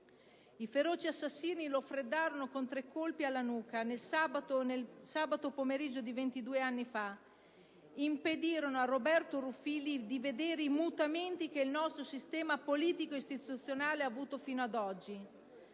I feroci assassini lo freddarono con tre colpi alla nuca, un sabato pomeriggio di 22 anni fa, e impedirono così a Roberto Ruffilli di vedere i mutamenti che il nostro sistema politico-istituzionale ha avuto fino ad oggi.